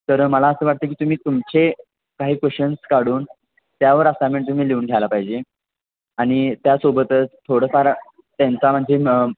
तर मला असं वाटतं की तुम्ही तुमचे काही क्वेश्चन्स काढून त्यावर असायनमेंट तुम्ही लिहून घ्यायला पाहिजे आणि त्यासोबतच थोडंफार त्यांचा म्हणजे